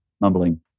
mumbling